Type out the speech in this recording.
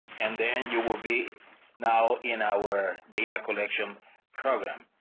and then you will be now in our data collection program.